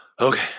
okay